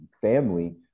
family